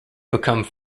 become